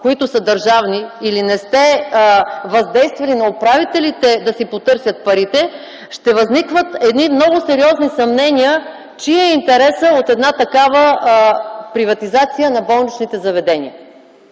които са държавни или не сте въздействали на управителите да си потърсят парите, ще възникнат едни много сериозни съмнения – чий е интересът от една такава приватизация на болничните заведения.